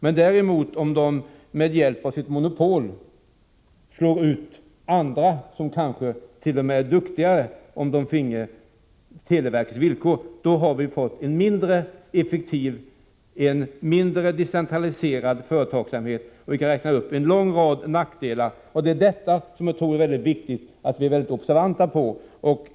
Men om det däremot med hjälp av sitt monopol slår ut andra som kanske t.o.m. skulle vara duktigare om de finge televerkets villkor, då har vi fått en mindre effektiv, mindre decentraliserad företagsamhet, och med en sådan är en lång rad nackdelar förenade. Detta tror jag att det är mycket viktigt att vi är observanta på.